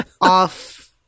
Off